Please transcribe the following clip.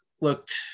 looked